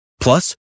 Plus